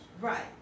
Right